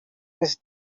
twese